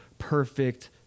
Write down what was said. perfect